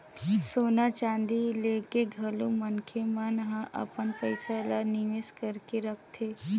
सोना चांदी लेके घलो मनखे मन ह अपन पइसा ल निवेस करके रखथे